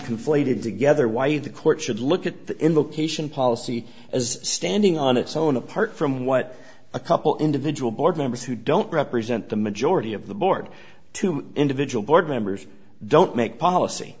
conflated together why the court should look at the invocation policy as standing on its own apart from what a couple individual board members who don't represent the majority of the board to individual board members don't make policy